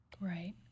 Right